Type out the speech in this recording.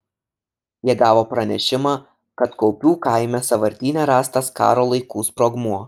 jie gavo pranešimą kad kaupių kaime sąvartyne rastas karo laikų sprogmuo